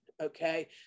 okay